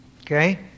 Okay